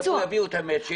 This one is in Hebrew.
מאיפה יביאו את המצ'ינג?